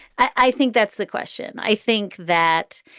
i think that's the question. i think that